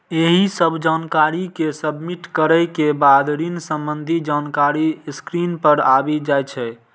एहि सब जानकारी कें सबमिट करै के बाद ऋण संबंधी जानकारी स्क्रीन पर आबि जाइ छै